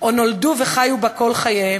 או נולדו וחיו בה כל חייהם,